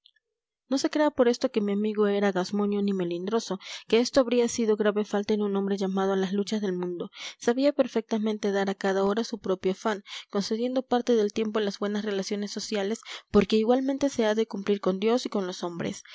no se crea por esto que mi amigo era gazmoño ni melindroso que esto habría sido grave falta en un hombre llamado a las luchas del mundo sabía perfectamente dar a cada hora su propio afán concediendo parte del tiempo a las buenas relaciones sociales porque igualmente se ha de cumplir con dios y con los hombres